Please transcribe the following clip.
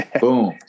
Boom